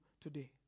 today